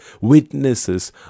witnesses